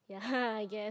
ya I guess